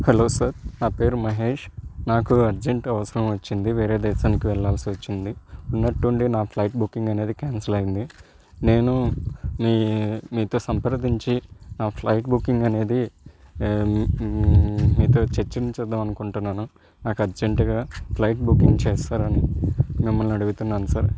hello sir నా పేరు మహేష్ నాకు అర్జెంటు అవసరం వచ్చింది వేరే దేశానికి వెళ్ళాల్సి వచ్చింది ఉన్నట్టుండి నా ఫ్లైట్ బుకింగ్ అనేది క్యాన్సిల్ అయ్యింది నేను మీ మీతో సంప్రదించి నా ఫ్లైట్ బుకింగ్ అనేది మీతో చర్చించుదామకుంటున్నాను నాకు అర్జెంటుగా ఫ్లైట్ బుకింగ్ చేస్తారని మిమ్మల్ని అడుగుతున్నాను సార్